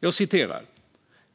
Man skriver följande: